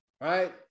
right